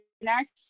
next